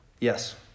Yes